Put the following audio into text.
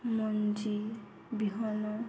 ମଞ୍ଜି ବିହନ